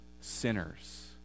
sinners